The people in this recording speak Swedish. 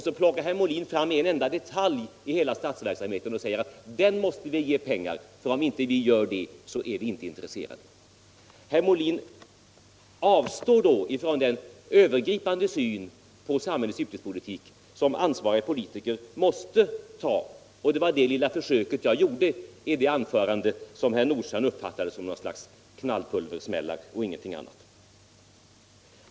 Så plockar han fram en enda detalj i hela statsverksamheten och säger att den måste vi ge pengar. Om vi inte gör det är vi inte intresserade. menar han. Herr Molin avstår då från den övergripande syn på samhällets utbildningspolitik som ansvariga politiker måste ta. Det var det lilla försöket jag gjorde i det anförande som herr Nordstrandh" uppfattade som något slag av knallpulversmällar och ingenting annat.